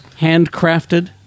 handcrafted